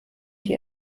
die